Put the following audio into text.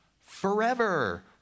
Forever